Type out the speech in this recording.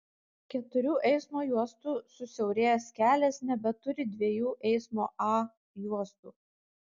keturių eismo juostų susiaurėjęs kelias nebeturi dviejų eismo a juostų